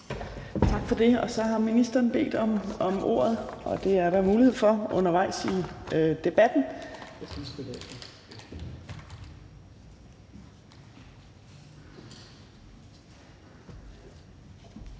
Tak for det. Så har ministeren bedt om ordet, og det er der mulighed for undervejs i debatten.